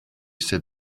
said